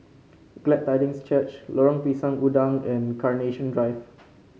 Glad Tidings Church Lorong Pisang Udang and Carnation Drive